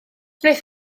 wnaeth